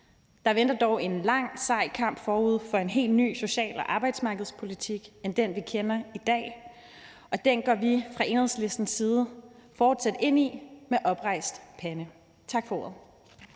Der venter dog en lang, sej kamp forude for en helt ny social- og arbejdsmarkedspolitik i stedet for den, vi kender i dag, og den kamp går vi fra Enhedslistens side fortsat ind i med oprejst pande. Tak for ordet.